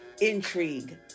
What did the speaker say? intrigue